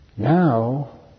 Now